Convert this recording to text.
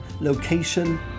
location